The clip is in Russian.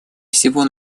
всего